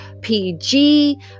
pg